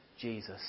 Jesus